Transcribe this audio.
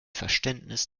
verständnis